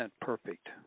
perfect